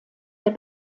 der